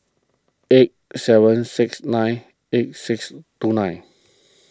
eight seven six nine eight six two nine